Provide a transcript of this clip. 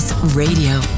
Radio